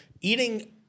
eating